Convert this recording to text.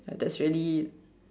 that's really